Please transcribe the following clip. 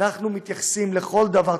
אנחנו מתייחסים לכל דבר.